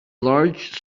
large